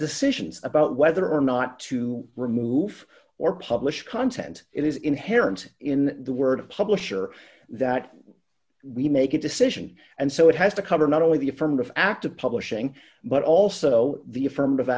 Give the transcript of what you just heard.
decisions about whether or not to remove or publish content it is inherent in the word of publisher that we make a decision and so it has to cover not only the affirmative act of publishing but also the affirmative